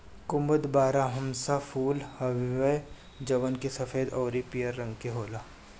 कुमुद बारहमासा फूल हवे जवन की सफ़ेद अउरी पियर रंग के होला